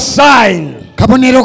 sign